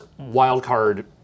wildcard